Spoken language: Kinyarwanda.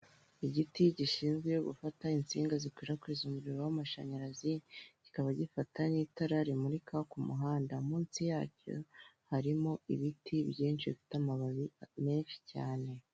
Igiti gishinzwe gufata insinga zikwirakwiza umuriro w'amashanyarazi, kikaba gifata n'itara rimurika k'umuhanda, munsi yacyo harimo ibiti byinshi bifite amababi menshi cyane.